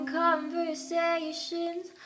conversations